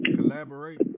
collaborate